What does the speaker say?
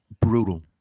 brutal